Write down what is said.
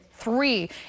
Three